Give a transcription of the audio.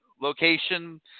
location